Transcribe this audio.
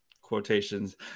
quotations